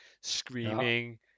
screaming